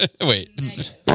Wait